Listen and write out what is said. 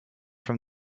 from